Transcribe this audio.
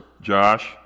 Josh